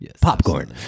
Popcorn